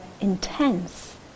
intense